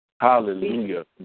Hallelujah